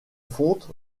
fonte